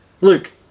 Luke